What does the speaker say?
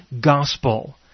gospel